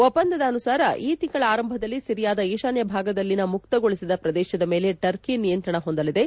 ಒಪ್ಪಂದದ ಅನುಸಾರ ಈ ತಿಂಗಳ ಆರಂಭದಲ್ಲಿ ಸಿರಿಯಾದ ಈಶಾನ್ದ ಭಾಗದಲ್ಲಿನ ಮುಕ್ತಗೊಳಿಸಿದ ಪ್ರದೇಶದ ಮೇಲೆ ಟರ್ಕಿ ನಿಯಂತ್ರಣ ಹೊಂದಲಿದೆ